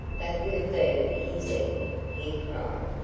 that would have been his end, he cried,